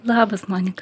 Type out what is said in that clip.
labas monika